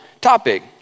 topic